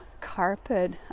carpet